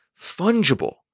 fungible